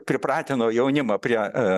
pripratino jaunimą prie